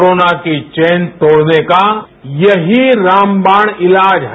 corona की chain तोड़ने का यहीरामबाण इलाज है